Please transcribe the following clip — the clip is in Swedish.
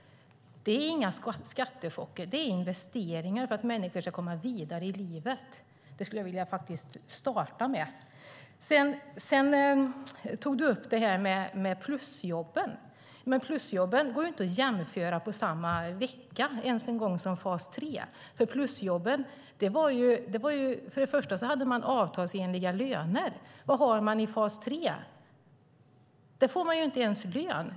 Det är inga skattechocker, utan det är investeringar för att människor ska komma vidare i livet. Du tog upp plusjobben. Men plusjobben går inte att jämföra ens på samma vecka som fas 3. Plusjobben innebar avtalsenliga löner. Vad har man i fas 3? Där får man inte ens lön.